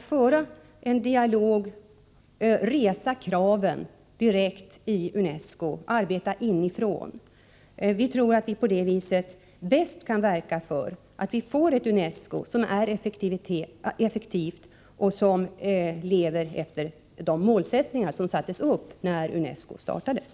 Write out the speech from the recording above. föra en dialog och resa kraven direkt i UNESCO, dvs. arbeta inifrån. Vi tror att vi på det viset bäst kan verka för att vidmakthålla ett UNESCO som är effektivt och som lever efter de målsättningar som sattes upp när UNESCO startades.